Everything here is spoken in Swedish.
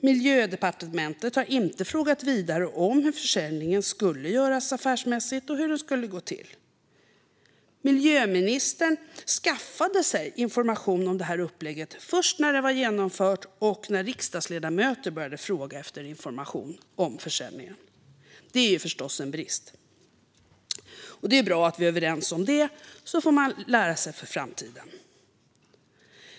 Miljödepartementet har inte frågat vidare om hur försäljningen skulle göras affärsmässigt och hur det hela skulle gå till. Miljöministern skaffade sig information om upplägget först när det var genomfört och när riksdagsledamöter började fråga efter information om försäljningen. Detta är förstås en brist. Det är bra att vi är överens om det, så får man lära sig för framtiden.